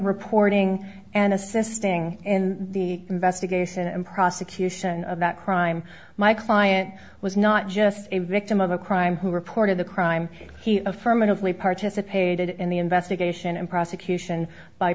reporting and assisting in the investigation and prosecution of that crime my client was not just a victim of a crime who reported the crime he of from an employee participated in the investigation and prosecution by